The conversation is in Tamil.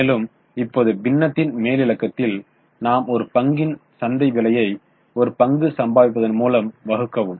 மேலும் இப்போது பின்னத்தின் மேலிலக்கத்தில் நாம் ஒரு பங்கின் சந்தை விலையை ஒரு பங்கு சம்பாதிப்பதின் மூலம் வகுக்கவும்